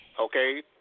Okay